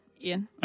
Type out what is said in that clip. Ian